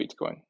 Bitcoin